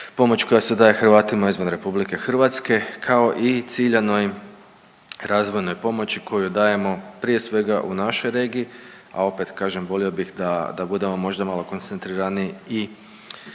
pomoć koja se daje Hrvatima izvan RH, kao i ciljanoj razvojnoj pomoći koju dajemo prije svega u našoj regiji, a opet kažem volio bih da, da budemo možda malo koncentriraniji